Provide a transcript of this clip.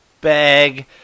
bag